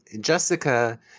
jessica